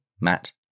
Matt